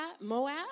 Moab